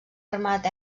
armat